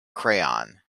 crayon